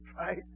Right